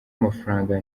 amafaranga